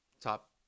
Top